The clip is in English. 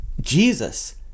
Jesus